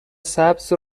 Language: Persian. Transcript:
سبز